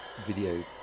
video